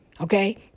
okay